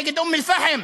נגד אום-אלפחם,